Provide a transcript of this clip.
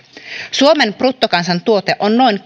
suomen bruttokansantuote on noin